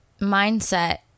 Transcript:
mindset